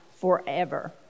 forever